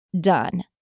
done